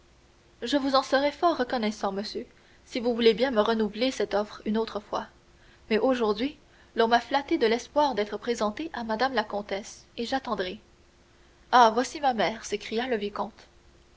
je vous serai fort reconnaissant monsieur si vous voulez bien me renouveler cette offre une autre fois mais aujourd'hui l'on m'a flatté de l'espoir d'être présenté à mme la comtesse et j'attendrai ah voici ma mère s'écria le vicomte